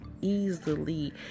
easily